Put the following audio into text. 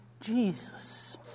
Jesus